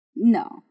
no